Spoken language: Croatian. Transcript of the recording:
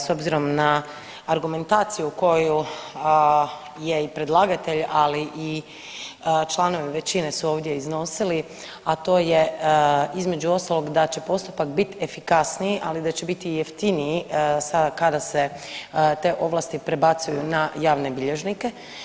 S obzirom na argumentaciju koju je i predlagatelj, ali i članovi većine su ovdje iznosili, a to je između ostalog da će postupak biti efikasniji, ali da će biti i jeftiniji sada kada se te ovlasti prebacuju na javne bilježnike.